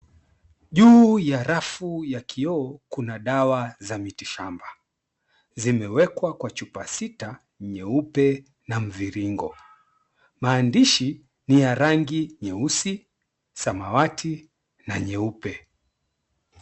Juu ya rafu ya kioo, kuna dawa za miti shamba. Zimewekwa kwa chupa sita nyeupe na mviringo. Maandishi ni ya rangi nyeusi, samawati na nyeupe.